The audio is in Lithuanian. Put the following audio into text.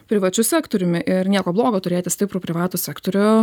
privačiu sektoriumi ir nieko blogo turėti stiprų privatų sektorių